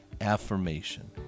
affirmation